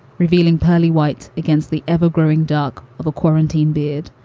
revealing pearly whites against the ever growing dog of a quarantine beard.